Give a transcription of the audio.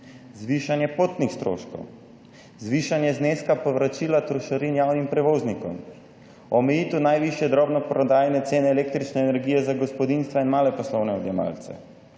zvišanje potnih stroškov, zvišanje zneska povračila trošarin javnim prevoznikom, omejitev najvišje drobno prodajne cene električne energije za gospodinjstva in male poslovne odjemalce,